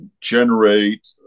generate